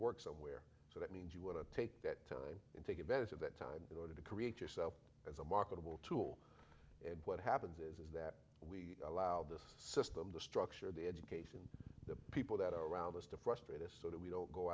work somewhere that means you want to take that time and take advantage of that time in order to create yourself as a marketable tool and what happens is that we allow this system to structure the education the people that are around us to frustrate us so that we don't go